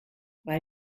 weil